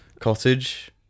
cottage